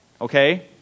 Okay